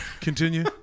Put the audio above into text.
Continue